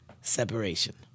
separation